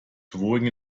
throwing